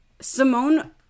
Simone